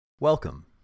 Welcome